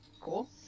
Cool